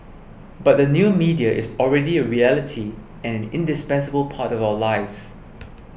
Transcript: but the new media is already a reality and indispensable part of our lives